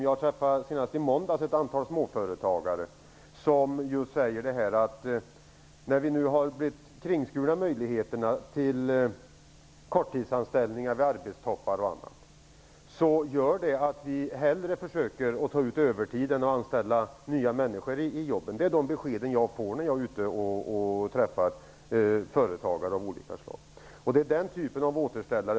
Jag träffade senast i måndags ett antal småföretagare som just sade att när de nu har blivit kringskurna möjligheterna till korttidsanställningar vid bl.a. arbetstoppar, medför detta att de hellre försöker att ta ut övertid än att anställa nya människor. Det är de besked jag får när jag är ute och träffar företagare av olika slag.